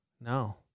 No